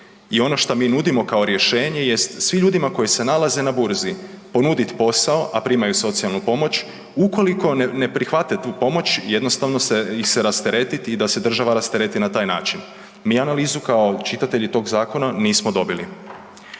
I ono što mi nudimo kao rješenje jest svim ljudima koji se nalaze na Burzi, ponuditi posao, a primaju socijalnu pomoć, ukoliko ne prihvate tu pomoć, jednostavno ih se rasteretiti i da se država rastereti na taj način. Mi analizu kao čitatelji tog zakona nismo dobili.